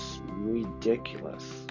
ridiculous